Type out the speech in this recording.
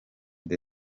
the